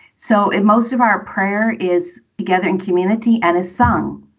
so in most of our prayer is together in community and is sung.